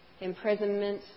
imprisonment